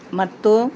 ಮತ್ತು